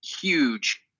huge